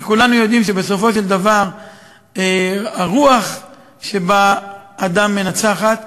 כי כולנו יודעים שבסופו של דבר הרוח שבאדם מנצחת,